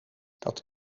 dat